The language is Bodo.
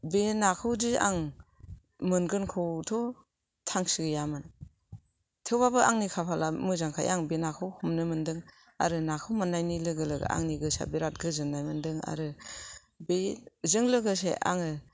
बे नाखौदि आं मोनगोन खौथ' थांखि गैयामोन थेवबाबो आंनि खाफाला मोजांखाय आं बे नाखौ हमनो मोनदों आरो नाखौ मोननायनि लोगो लोगो आंनि गोसोआ बिराथ गोजोननाय मोनदों आरो बे जों लोगोसे आङो